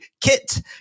Kit